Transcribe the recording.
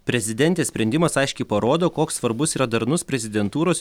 prezidentės sprendimas aiškiai parodo koks svarbus yra darnus prezidentūros